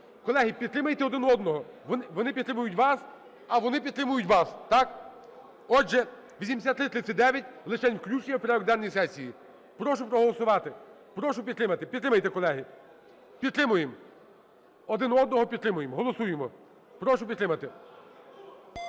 Колеги, підтримайте один одного. Вони підтримують вас, а вони підтримують вас. Так? Отже, 8339 – лишень включення в порядок денний сесії. Прошу проголосувати. Прошу підтримати. Підтримайте, колеги. Підтримуємо. Один одного підтримуємо. Голосуємо. Прошу підтримати.